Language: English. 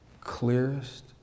clearest